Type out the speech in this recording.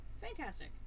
fantastic